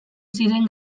ziren